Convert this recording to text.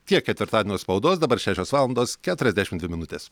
tiek ketvirtadienio spaudos dabar šešios valandos keturiasdešim dvi minutės